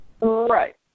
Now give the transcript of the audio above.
right